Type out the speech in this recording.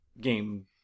game